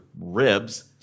ribs